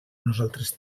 nosaltres